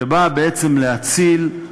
שבאה בעצם להציל,